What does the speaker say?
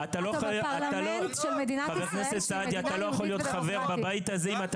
אתה לא יכול להיות חבר בבית הזה אם אתה